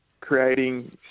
creating